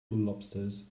lobsters